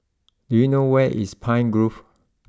do you know where is Pine Grove